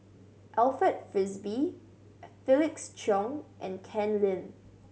Alfred Frisby Felix Cheong and Ken Lim